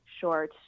short